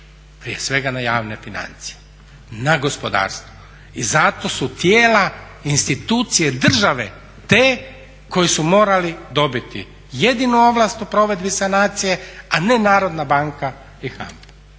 prije svega na javne financije, na gospodarstvo. I zato su tijela institucije države te koje su morali dobiti jedinu ovlast u provedbi sanacije a ne Narodna banka i Hanfa.